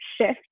shift